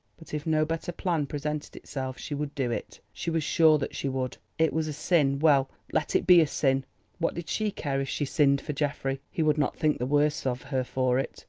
but if no better plan presented itself she would do it, she was sure that she would. it was a sin well, let it be a sin what did she care if she sinned for geoffrey? he would not think the worse of her for it.